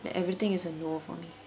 that everything is a no for me